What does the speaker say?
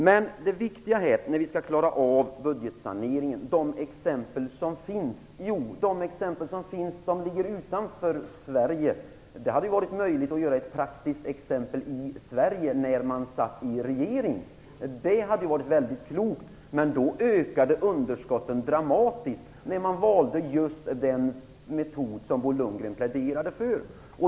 Bo Lundgren tar upp sådana exempel på budgetsaneringar som finns utanför Sverige. Det hade varit möjligt att genomföra ett praktiskt exempel i Sverige när Bo Lundgren satt i regeringen. Det hade varit klokt, men underskotten ökade dramatiskt när man valde den metod som Bo Lundgren pläderade för.